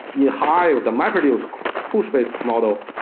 yeah hive the mapreduce push-based model,